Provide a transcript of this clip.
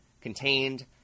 contained